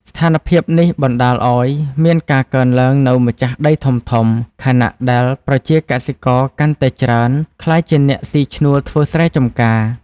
ស្ថានភាពនេះបណ្ដាលឱ្យមានការកើនឡើងនូវម្ចាស់ដីធំៗ ខណៈដែលប្រជាកសិករកាន់តែច្រើនក្លាយជាអ្នកស៊ីឈ្នួលធ្វើស្រែចម្ការ។